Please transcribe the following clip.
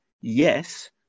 Yes